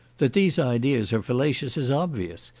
that these ideas are fallacious, is obvious,